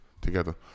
together